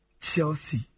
Chelsea